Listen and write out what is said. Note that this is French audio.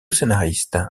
scénariste